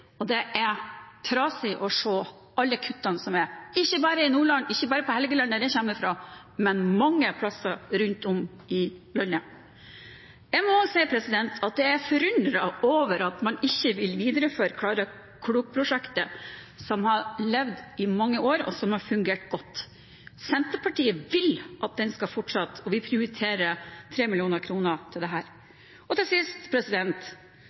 og det er trasig å se alle kuttene som er, ikke bare i Nordland, ikke bare på Helgeland, der jeg kommer fra, men mange plasser rundt om i landet. Jeg må si at jeg er forundret over at man ikke vil videreføre Klara Klok-prosjektet, som har levd i mange år, og som har fungert godt. Senterpartiet vil at det skal fortsette, og vi prioriterer 3 mill. kr til dette. Til sist: